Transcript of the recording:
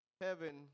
Heaven